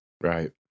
Right